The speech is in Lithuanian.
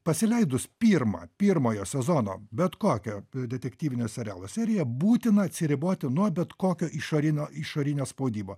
pasileidus pirmą pirmojo sezono bet kokio detektyvinio serialo seriją būtina atsiriboti nuo bet kokio išorinio išorinio spaudimo